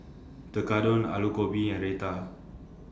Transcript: Tekkadon Alu Gobi and Raita